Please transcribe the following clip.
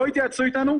לא התייעצו איתנו.